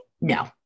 No